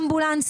אמבולנס,